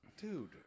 dude